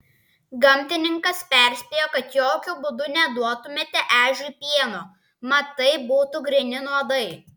gamtininkas perspėjo kad jokiu būdu neduotumėte ežiui pieno mat tai būtų gryni nuodai